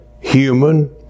human